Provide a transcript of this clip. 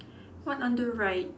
one on the right